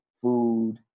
food